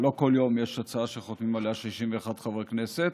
לא בכל יום יש הצעה שחותמים עליה 61 חברי כנסת.